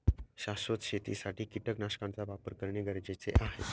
शाश्वत शेतीसाठी कीटकनाशकांचा वापर करणे गरजेचे आहे